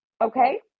Okay